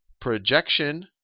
projection